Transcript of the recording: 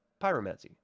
Pyromancy